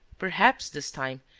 perhaps, this time,